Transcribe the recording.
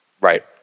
Right